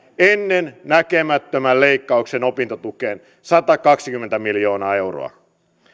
ennennäkemättömän leikkauksen opintotukeen satakaksikymmentä miljoonaa euroa